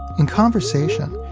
in conversation,